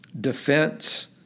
defense